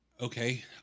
Okay